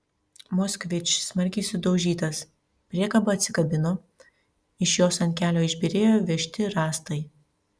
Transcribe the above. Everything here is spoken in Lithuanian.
moskvič smarkiai sudaužytas priekaba atsikabino iš jos ant kelio išbyrėjo vežti rąstai